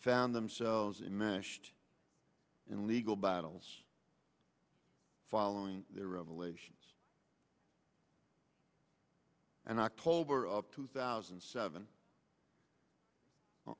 found themselves in mashed and legal battles following their revelations and october of two thousand and seven